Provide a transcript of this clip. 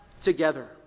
together